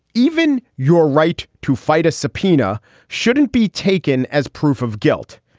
even your right to fight a subpoena shouldn't be taken as proof of guilt.